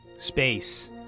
Space